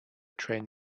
train